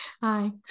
Hi